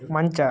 ಮಂಚ